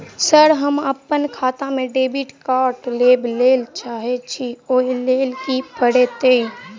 Sir हम अप्पन खाता मे डेबिट कार्ड लेबलेल चाहे छी ओई लेल की परतै?